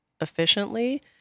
efficiently